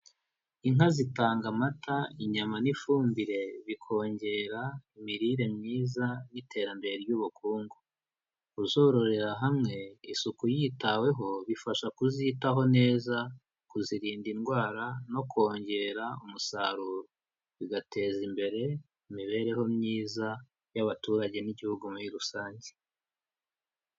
Inka zitanga amata, inyama n'ifumbire bikongera imirire myiza n'iterambere ry'ubukungu, kuzororera hamwe isuku yitaweho bifasha kuzitaho neza, kuzirinda indwara no kongera umusaruro, bigateza imbere imibereho myiza y'abaturage n'igihugu muri rusange.